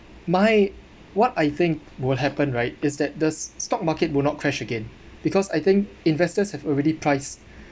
my what I think will happened right is that the stock market will not crash again because I think investors have already priced